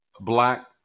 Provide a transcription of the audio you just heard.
Black